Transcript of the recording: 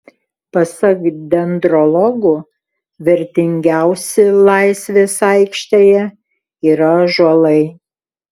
pasak dendrologų vertingiausi laisvės aikštėje yra ąžuolai